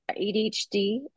ADHD